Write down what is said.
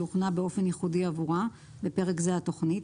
שהוכנה באופן ייחודי עבורה (בפרק זה התוכנית).